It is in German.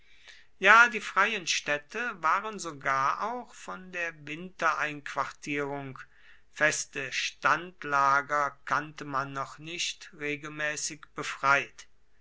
ja die freien städte waren sogar auch von der wintereinquartierung feste standlager kannte man noch nicht regelmäßig befreit